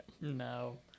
No